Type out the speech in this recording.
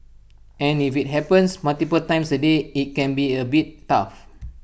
and if IT happens multiple times A day IT can be A bit tough